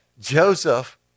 Joseph